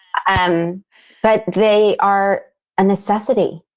um but they are a necessity.